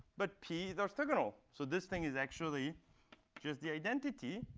but p is orthogonal. so this thing is actually just the identity.